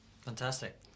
Fantastic